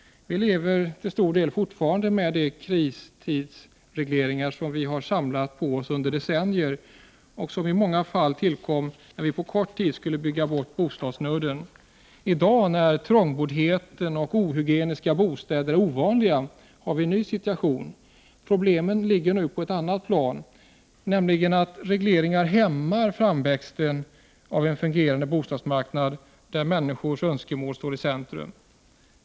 Vi lever till stor del fortfarande med de kristidsregleringar som vi har samlat på oss under decennier och som i många fall tillkom när vi på kort tid skulle bygga bort bostadsnöden. I dag, när trångboddhet och ohygieniska bostäder är ovanliga, har vi en ny situation. Problemen ligger nu på ett annat plan: regleringarna hämmar framväxten av en fungerande bostadsmarknad, där människors önskemål står i centrum.